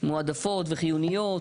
מועדפות וחיוניות,